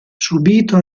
subito